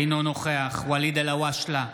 אינו נוכח ואליד אלהואשלה,